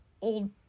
old